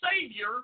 savior